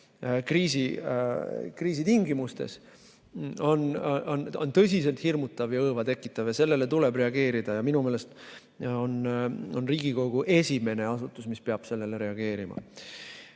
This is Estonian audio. kriisi tingimustes, on tõsiselt hirmutav ja õõva tekitav. Sellele tuleb reageerida. Ja minu meelest on Riigikogu esimene asutus, mis peab sellele reageerima.